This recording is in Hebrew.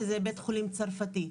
שזה בית חולים צרפתי.